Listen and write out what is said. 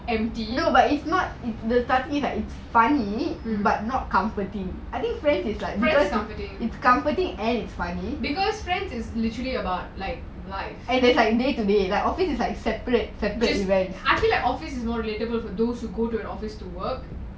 empty mm friends is comforting because friends is literally about like life I feel like office is more relatable for those who go to the office to work